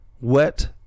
wet